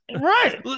Right